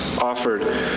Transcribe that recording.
offered